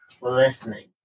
listening